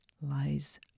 lies